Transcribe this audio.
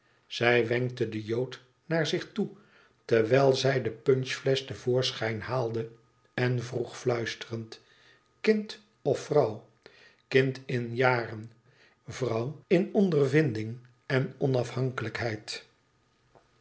zij wenkte den jood naar zich toe terwijl zij de punchflesch te voorschijn haalde en vroeg fluisterend kind of vrouw kind in jaren vrouw in ondervinding en onafhankelijkheid